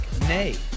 Nay